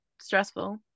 stressful